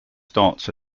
starts